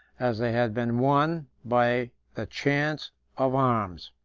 as they had been won, by the chance of arms.